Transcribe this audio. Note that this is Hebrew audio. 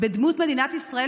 בדמות מדינת ישראל,